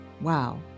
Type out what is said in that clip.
Wow